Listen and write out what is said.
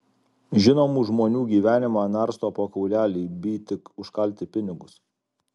žinomų žmonių gyvenimą narsto po kaulelį by tik užkalti pinigus